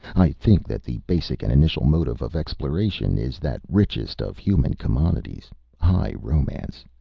i think that the basic and initial motive of exploration is that richest of human commodities high romance.